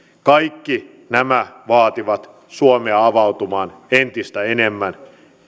kaikki nämä vaativat suomea avautumaan entistä enemmän